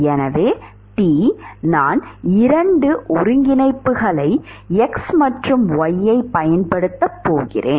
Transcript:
எனவே T நான் 2 ஒருங்கிணைப்புகளை x மற்றும் y பயன்படுத்தப் போகிறேன்